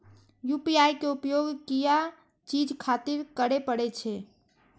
UPI के उपयोग किया चीज खातिर करें परे छे?